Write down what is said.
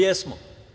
Jesmo.